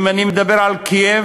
אם אני מדבר על קייב,